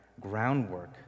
groundwork